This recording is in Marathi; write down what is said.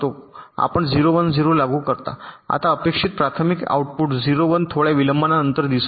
आपण 0 1 0 लागू करता आता अपेक्षित प्राथमिक आउटपुट 0 1 थोड्या विलंबानंतर दिसून येईल